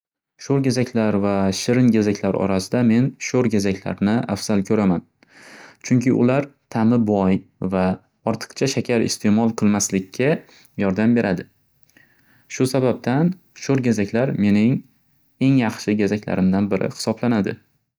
Sho'r gazaklar va shirin gazaklar orasida men sho'r gazaklarni afzal ko'raman. Chunki ular tami boy va ortiqcha shakar isteʼmol qilmaslikka yordam beradi. Shu sababdan sho'r gazaklar mening eng yaxshi gazaklarimdan biri hisoblanadi.